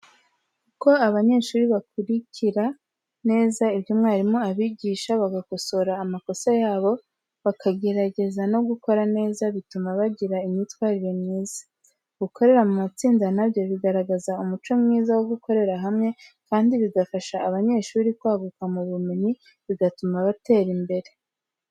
Uko abanyeshuri bakurikira neza ibyo umwarimu abigisha, bagakosora amakosa yabo bakagerageza no gukora neza, bituma bagira imyitwarire myiza. Gukorera mu matsinda na byo bigaragaza umuco mwiza wo gukorera hamwe kandi bigafasha abanyeshuri kwaguka mu bumenyi bigatuma batera imbere.